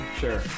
Sure